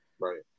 right